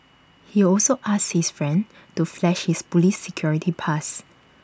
he also asked his friend to flash his Police security pass